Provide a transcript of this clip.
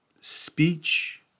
speech